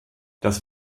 das